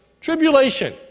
tribulation